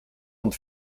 und